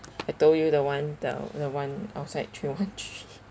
I told you that one the the one outside three one three